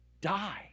die